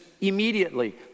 immediately